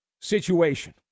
situation